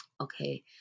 okay